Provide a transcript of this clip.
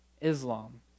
Islam